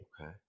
okay